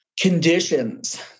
conditions